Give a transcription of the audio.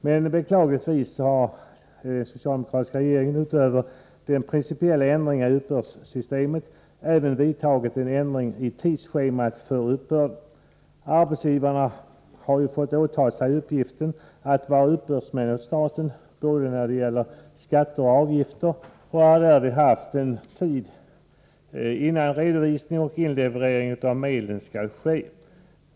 Men beklagligtvis har den socialdemokratiska regeringen utöver den principiella ändringen i uppbördssystemet även vidtagit en ändring i tidsschemat för uppbörden. Arbetsgivarna har ju fått åta sig uppgiften att vara uppbördsmän åt staten när det gäller både skatter och avgifter och har därvid haft en viss tid innan redovisning och inleverering av medlen skall ske.